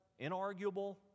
inarguable